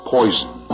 Poison